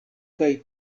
kaj